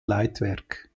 leitwerk